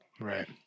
Right